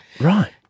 Right